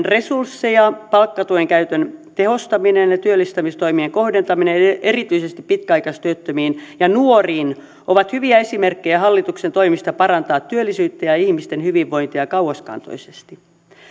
resursseja sekä palkkatuen käytön tehostaminen ja työllistämistoimien kohdentaminen erityisesti pitkäaikaistyöttömiin ja nuoriin ovat hyviä esimerkkejä hallituksen toimista parantaa työllisyyttä ja ja ihmisten hyvinvointia kauaskantoisesti